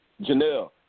Janelle